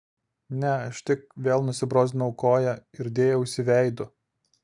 ne aš tik vėl nusibrozdinau koją ir dėjausi veidu